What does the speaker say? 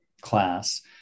class